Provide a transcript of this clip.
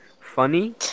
Funny